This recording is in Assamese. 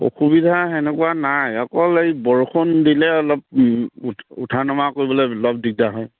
অসুবিধা সেনেকুৱা নাই অকল এই বৰষুণ দিলে অলপ উঠা নমা কৰিবলে অলপ দিগদাৰ হয়